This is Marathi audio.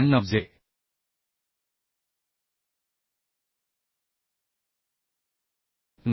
98 जे 9